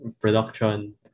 production